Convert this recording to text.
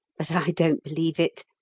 but i don't believe it.